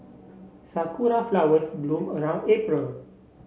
Sakura flowers bloom around April